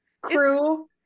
Crew